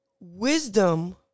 Wisdom